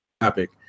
topic